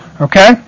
Okay